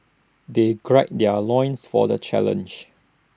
they gird their loins for the challenge